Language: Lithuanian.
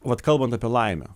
vat kalbant apie laimę